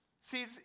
See